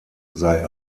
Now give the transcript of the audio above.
sei